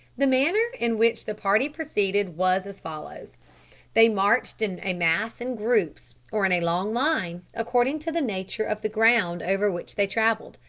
the manner in which the party proceeded was as follows they marched in a mass in groups or in a long line, according to the nature of the ground over which they travelled.